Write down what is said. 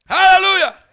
Hallelujah